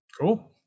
cool